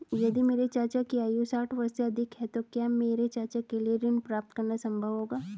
यदि मेरे चाचा की आयु साठ वर्ष से अधिक है तो क्या मेरे चाचा के लिए ऋण प्राप्त करना संभव होगा?